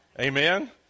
Amen